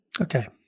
Okay